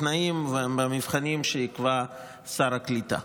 בתנאים ובמבחנים שיקבע שר הקליטה.